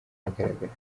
ahagaragara